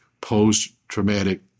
post-traumatic